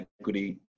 equity